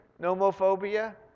nomophobia